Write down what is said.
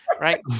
right